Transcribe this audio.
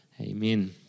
Amen